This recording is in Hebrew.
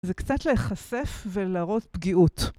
זה קצת להיחשף ולהראות פגיעות.